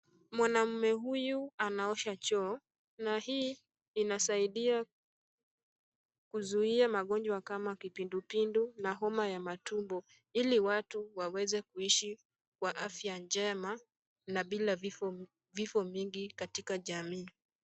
Mwanamume huyu anaosha choo na hii inasaidia kuzuia magonjwa kama kipindupindu na homa ya matumbo, ili watu waweze kuishi kwa afya njema na bila vifo mingi katika jamii.